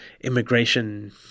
immigration